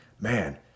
man